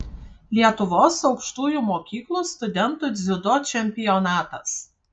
lietuvos aukštųjų mokyklų studentų dziudo čempionatas